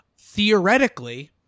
Theoretically